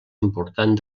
important